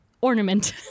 ornament